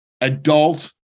adult